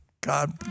God